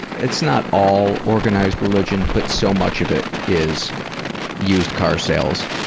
it's not all organized religion but so much of it is used car sales,